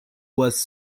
was